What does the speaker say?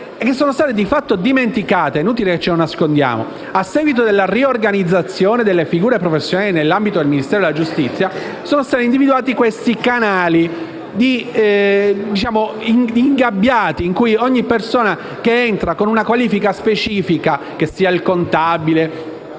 che sono state, di fatto, dimenticate. È inutile che ce lo nascondiamo. A seguito della riorganizzazione delle figure professionali nell'ambito del Ministero della giustizia, sono stati individuati questi canali. Ogni persona che entra con una qualifica specifica (che sia contabile,